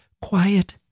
quiet